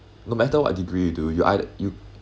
no matter what degree do you eith~ you